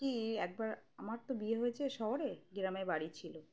কি একবার আমার তো বিয়ে হয়েছে শহরে গ্রামে বাড়ি ছিল